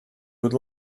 would